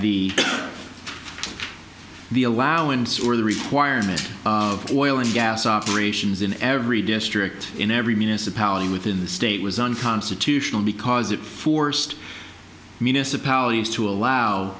the the allowance or the requirement of oil and gas operations in every district in every municipality within the state was unconstitutional because it forced minas apologies to allow